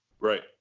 Right